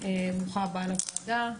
ברוכה הבאה לוועדה.